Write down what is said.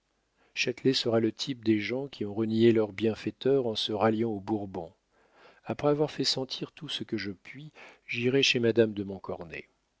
cette lettre sera le type des gens qui ont renié leur bienfaiteur en se ralliant aux bourbons après avoir fait sentir tout ce que je puis j'irai chez madame de montcornet